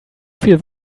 viel